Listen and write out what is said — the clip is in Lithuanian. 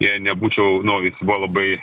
jei nebūčiau na jis buvo labai